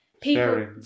people